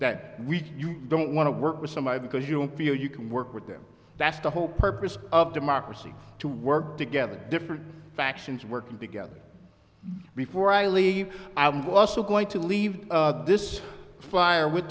that we don't want to work with some i because you feel you can work with them that's the whole purpose of democracy to work together different factions working together before i leave i'm also going to leave this flyer with